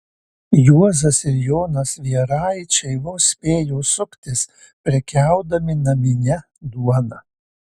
juozas ir jonas vieraičiai vos spėjo suktis prekiaudami namine duona